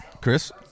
Chris